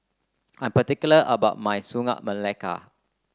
I'm particular about my Sagu Melaka